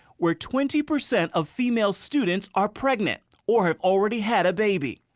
where twenty percent of female students are pregnant or have already had a baby.